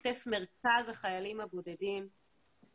עוטף מרכז החיילים הבודדים,